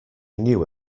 knew